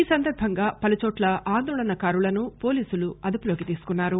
ఈ సందర్బంగా పలుచోట్ల ఆందోళన కారులను పోలీసులు అదుపులోకి తీసుకున్నారు